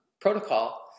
protocol